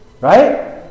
Right